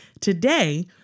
Today